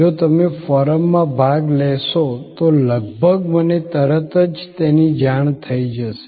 જો તમે ફોરમમાં ભાગ લેશો તો લગભગ મને તરત જ તેની જાણ થઈ જશે